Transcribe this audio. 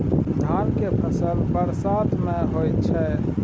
धान के फसल बरसात में होय छै?